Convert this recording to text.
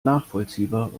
nachvollziehbar